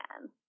again